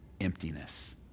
emptiness